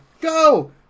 Go